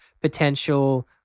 potential